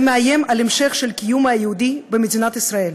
זה מאיים על המשך הקיום היהודי במדינת ישראל,